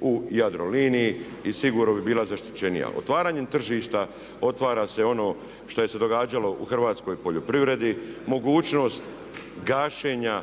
u Jadroliniji i sigurno bi bila zaštićenija. Otvaranjem tržišta otvara se ono što je se događalo u hrvatskoj poljoprivredi, mogućnost gašenja